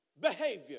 Behavior